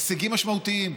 הישגים משמעותיים.